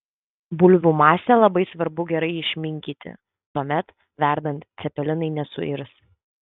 bulvių masę labai svarbu gerai išminkyti tuomet verdant cepelinai nesuirs